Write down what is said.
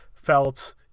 felt